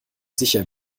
sicher